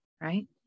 right